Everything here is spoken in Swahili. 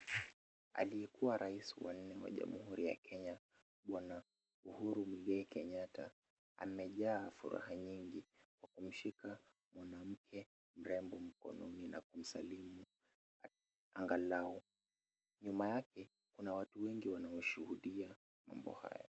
Aliyekua rais wa nne wa jamuhuri ya Kenya Bwana Uhuru Muigai Kenyatta, amejaa furaha nyingi kwa kumshika mwanamke mrembo mkononi na kumsalimu angalau. Nyuma yake kuna watu wengi wanaoshuhudia mambo haya.